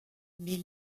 mais